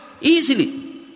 Easily